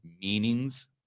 meanings